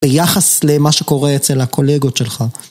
ביחס למה שקורה אצל הקולגות שלך.